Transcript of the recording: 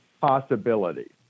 possibility